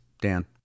Dan